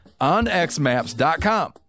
onxmaps.com